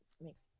makes